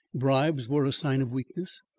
bribes were a sign of weakness,